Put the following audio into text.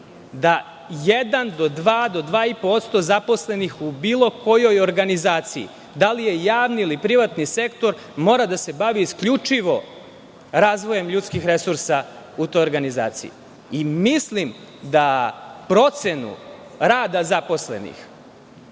po posto zaposlenih u bilo kojoj organizaciji, da li je javni ili privatni sektor, mora da se bavi isključivo razvojem ljudskih resursa u toj organizaciji. Mislim da procenu rada zaposlenih,